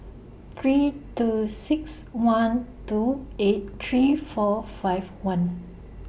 three two six one two eight three four five one